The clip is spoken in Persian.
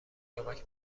پیامک